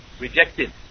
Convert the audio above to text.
Rejected